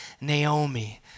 Naomi